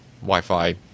Wi-Fi